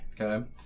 Okay